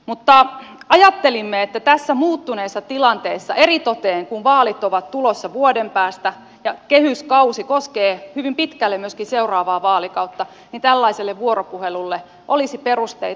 mutta ajattelimme että tässä muuttuneessa tilanteessa eritoten kun vaalit ovat tulossa vuoden päästä ja kehyskausi koskee hyvin pitkälle myöskin seuraavaa vaalikautta niin tällaiselle vuoropuhelulle olisi perusteita